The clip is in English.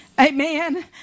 Amen